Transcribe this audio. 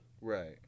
right